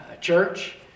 church